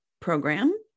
program